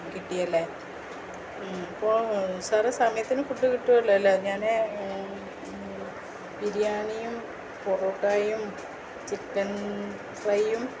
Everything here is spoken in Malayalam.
കിട്ടിയല്ലേ അപ്പോള് സാറേ സമയത്തിന് ഫുഡ് കിട്ടുമല്ലോ അല്ലെങ്കില് ഞാന് ബിരിയാണിയും പൊറോട്ടായും ചിക്കൻ ഫ്രൈയും